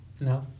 No